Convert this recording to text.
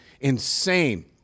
insane